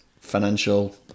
financial